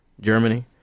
Germany